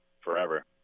forever